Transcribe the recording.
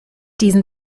diesen